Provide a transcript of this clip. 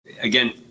Again